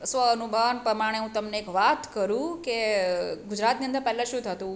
સ્વ અનુમાન પ્રમાણે હું તમને એક વાત કરું કે ગુજરાતની અંદર પહેલાં શું થતું